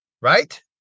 Right